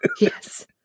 Yes